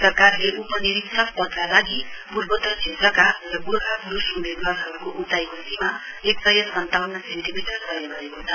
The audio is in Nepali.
सरकारले उपनिरीक्षक पदका लागि पूर्वोत्तर क्षेत्रका र गोर्खा पुरुष उम्मेदवारहरुको उचाईको सीमा एक सय सन्ताउन्न सेन्टीमिटर गरेको छ